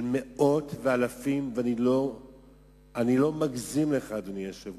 מאות ואלפים, אני לא מגזים, אדוני היושב-ראש,